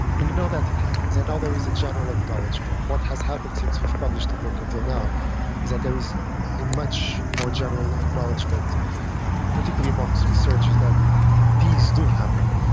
we know that it happens. and now there is a general acknowledgment. what has happened since we've published the book until now is that there is a much more general acknowledgment particularly amongst researchers that these do happen.